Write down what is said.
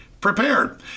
prepared